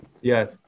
Yes